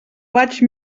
vaig